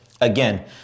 again